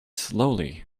slowly